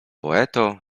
poeto